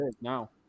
now